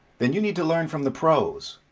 then you need to learn from the pros.